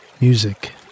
music